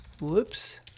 Whoops